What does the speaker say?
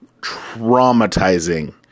traumatizing